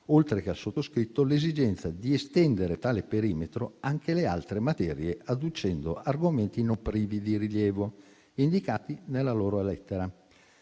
oltre che al sottoscritto, l'esigenza di estendere tale perimetro anche alle altre materie, adducendo argomenti non privi di rilievo, indicati nella loro lettera.